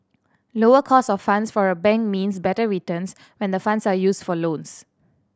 lower cost of funds for a bank means better returns when the funds are used for loans